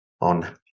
on